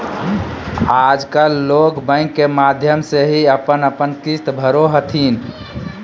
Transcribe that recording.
आजकल लोग बैंक के माध्यम से ही अपन अपन किश्त भरो हथिन